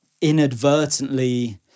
inadvertently